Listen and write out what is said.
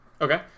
Okay